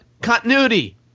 Continuity